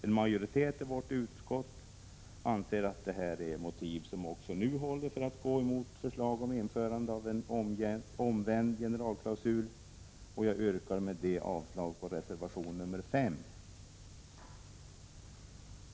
En majoritet i vårt utskott anser att det här motivet också nu håller för att gå emot förslag om införande av en omvänd generalklausul, och jag yrkar avslag på reservation 5.